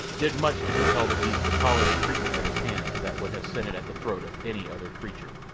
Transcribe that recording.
did much to compel the beast to tolerate treatment at his hands that would have sent it at the throat of any other creature.